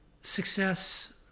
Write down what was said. success